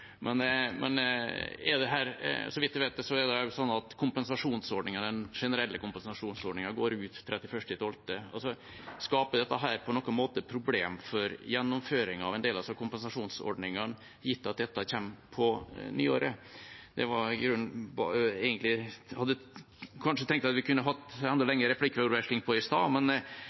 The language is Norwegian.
at den generelle kompensasjonsordningen går ut 31. desember. Skaper dette på noen måte problemer for gjennomføringen av en del av disse kompensasjonsordningene, gitt at dette kommer på nyåret? Det var i grunnen det jeg tenkte at vi kunne ha hatt et enda lengre replikkordskifte om i